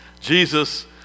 Jesus